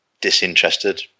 disinterested